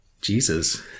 Jesus